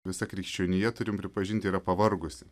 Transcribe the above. visa krikščionija turim pripažinti yra pavargusi